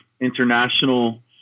international